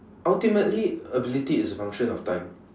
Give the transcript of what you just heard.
ultimately ability is a function of time